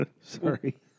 Sorry